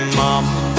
mama